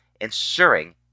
ensuring